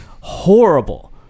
horrible